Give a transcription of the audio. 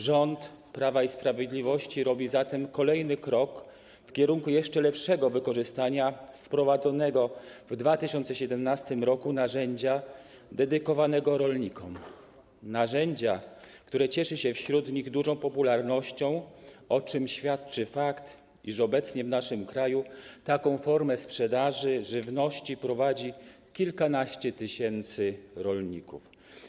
Rząd Prawa i Sprawiedliwości robi zatem kolejny krok w kierunku jeszcze lepszego wykorzystania wprowadzonego w 2017 r. narzędzia dedykowanego rolnikom, narzędzia, które cieszy się wśród nich dużą popularnością, o czym świadczy fakt, iż obecnie w naszym kraju taką formę sprzedaży żywności prowadzi kilkanaście tysięcy rolników.